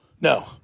No